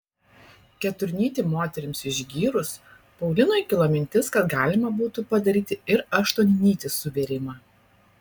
keturnytį moterims išgyrus paulinui kilo mintis kad galima būtų padaryti ir aštuonnytį suvėrimą